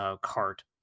cart